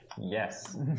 Yes